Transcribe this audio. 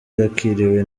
yakiriwe